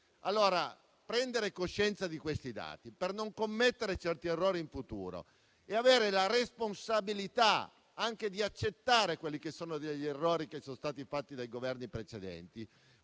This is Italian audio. Prendere coscienza di questi dati, per non commettere certi errori in futuro, e avere la responsabilità di accettare gli errori che sono stati fatti dai Governi precedenti